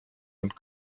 und